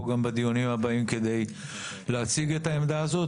גם בדיונים הבאים כדי להציג את העמדה הזאת.